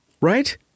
right